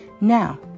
Now